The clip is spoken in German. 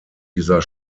dieser